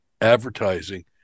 advertising